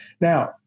Now